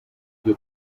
you